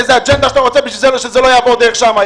איזו אג'נדה שאתה רוצה שזה לא יעבור דרך שם.